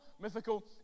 mythical